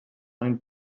ein